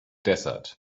desert